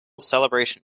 celebration